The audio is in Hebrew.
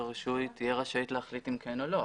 הרישוי תהיה רשאית להחליט אם כן או לא.